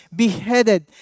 beheaded